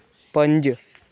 पंज